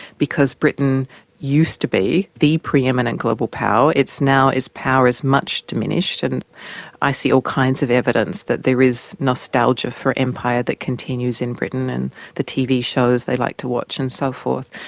because britain used to be the preeminent global power it's now, it's power is much diminished. and i see all kinds of evidence that there is nostalgia for empire that continues in britain and the tv shows they like to watch and so forth.